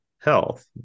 health